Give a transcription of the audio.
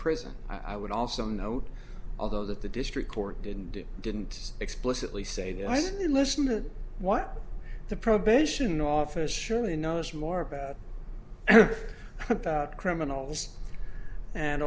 prison i would also note although that the district court didn't do didn't explicitly say that i didn't listen to what the probation office surely knows more about about criminals an